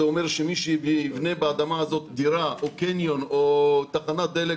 זה אומר שמי שיבנה באדמה הזאת דירה או קניון או תחנת דלק,